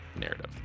narrative